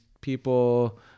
people